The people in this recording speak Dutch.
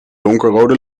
donkerrode